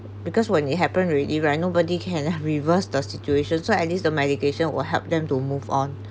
because when it happen already right nobody can reverse the situation so at least the medication will help them to move on